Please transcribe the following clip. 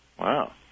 Wow